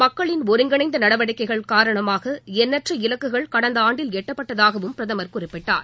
மக்களின் ஒருங்கிணைந்த நடவடிக்கைகள் காரணமாக எண்ணற்ற இலக்குகள் கடந்த ஆண்டில் எட்டப்பட்டதாகவும் பிரதமர் குறிப்பிட்டார்